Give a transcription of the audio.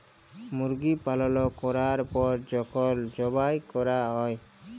মুরগি পালল ক্যরার পর যখল যবাই ক্যরা হ্যয়